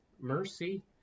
mercy